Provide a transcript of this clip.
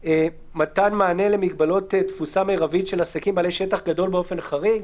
מתן מענה למגבלות תפוסה מרבית של עסקים בעלי שטח גדול באופן חריג.